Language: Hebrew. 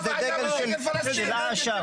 זה דגל של אש"ף.